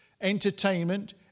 entertainment